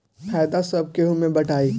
फायदा सब केहू मे बटाई